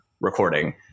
recording